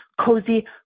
cozy